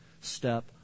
step